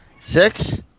Six